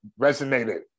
resonated